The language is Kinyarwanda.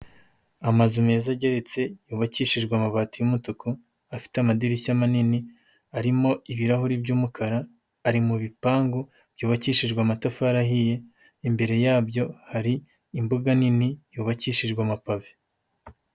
Amazu meza ageretse yubakishijwe amabati y'umutuku, afite amadirishya manini, arimo ibirahuri by'umukara, ari mu bipangu byubakishijwe amatafari ahiye, imbere yabyo hari imbuga nini yubakishijwe amapave.